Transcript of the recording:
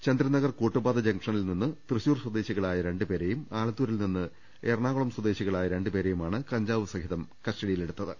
ചന്ദ്രനഗർ കൂട്ടുപാത ജംഗ്ഷനിൽ നിന്ന് തൃശൂർ സ്വദേ ശികളായ രണ്ട് പേരെയും ആലത്തൂരിൽ നിന്ന് എറണാകുളം സ്വദേ ശികളായ രണ്ടുപേരെയുമാണ് കഞ്ചാവ് സഹിതം കസ്റ്റഡിയിലെടു ത്തത്